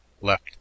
left